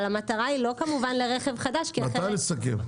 אבל המטרה היא לא כמובן לרכב חדש --- מתי לסכם?